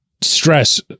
stress